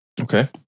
Okay